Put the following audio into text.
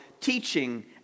teaching